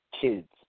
kids